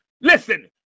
Listen